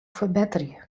ferbetterje